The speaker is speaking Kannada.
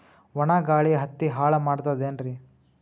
ಒಣಾ ಗಾಳಿ ಹತ್ತಿ ಹಾಳ ಮಾಡತದೇನ್ರಿ?